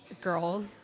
girls